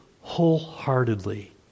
wholeheartedly